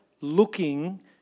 looking